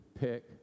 pick